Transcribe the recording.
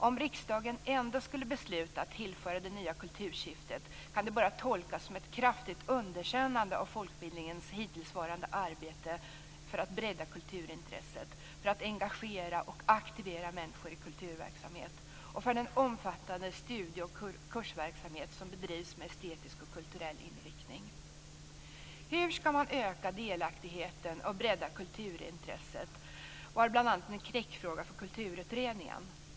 Om riksdagen ändå beslutar att tillföra det nya kultursyftet kan det bara tolkas som ett kraftigt underkännande av folkbildningens hittillsvarande arbete för att bredda kulturintresset, för att engagera och aktivera människor i kulturverksamhet och för den omfattande studie och kursverksamhet som bedrivs med estetisk och kulturell inriktning. Hur man skall öka delaktigheten och bredda kulturintresset var bl.a. en knäckfråga för Kulturutredningen.